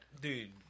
Dude